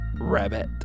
Rabbit